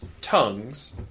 Tongues